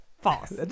False